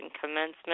commencement